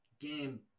game